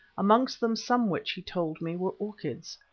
amongst them some which he told me were orchids.